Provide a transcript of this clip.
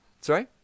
Sorry